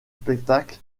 spectacle